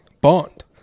Bond